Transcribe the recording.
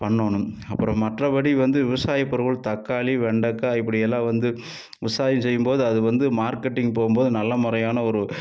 பண்ணணும் அப்புறம் மற்றபடி வந்து விவசாயப்பொருள்கள் தக்காளி வெண்டைக்காய் இப்படியெல்லாம் வந்து விவசாயம் செய்யும்போது அது வந்து மார்க்கெட்டிங் போகும்போது நல்ல முறையான ஒரு